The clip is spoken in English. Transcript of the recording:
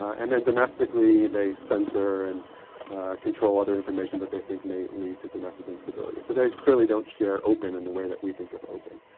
and then domestically they censor and control other information that they think may lead to domestic instability. so they clearly don't share open in the way that we think of open.